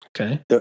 Okay